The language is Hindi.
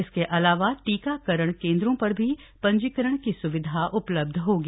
इसके अलावा टीकाकरण केन्द्रों पर भी पंजीकरण की स्विधा उपलब्ध होगी